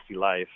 life